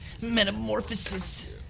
Metamorphosis